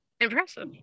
Impressive